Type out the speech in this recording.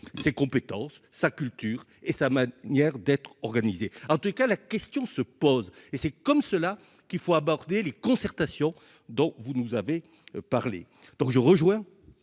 ses compétences, sa culture et ça m'a, hier, d'être organisée en tout cas, la question se pose, et c'est comme cela qu'il faut aborder les concertations dont vous nous avez parlé donc je rejoins